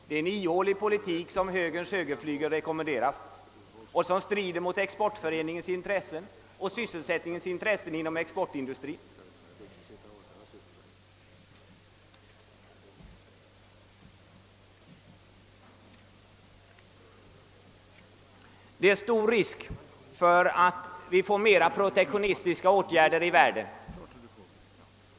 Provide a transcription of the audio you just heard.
Det är en ihålig politik som högerns högerflygel rekommenderar och som strider mot Exportföreningens intressen och intresset av sysselsätttning inom vår exportindustri. Det är stor risk för att flera protektionistiska åtgärder vidtas i världen.